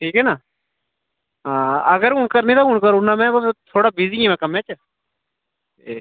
ठीक ऐ ना हां अगर हून करनी ते हून करी ओड़ना में बा थोह्ड़ा बिज आं में कम्मै च ते